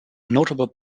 notable